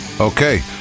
Okay